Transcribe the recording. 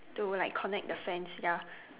to like connect the fence ya